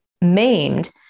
maimed